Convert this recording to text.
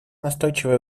настойчивые